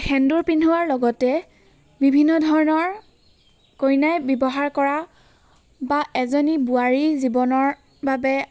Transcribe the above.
সেন্দুৰ পিন্ধোৱাৰ লগতে বিভিন্ন ধৰণৰ কইনাই ব্যৱহাৰ কৰা বা এজেনী বোৱাৰীৰ জীৱনৰ বাবে